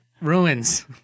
Ruins